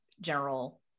general